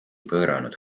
pööranud